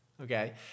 Okay